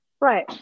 Right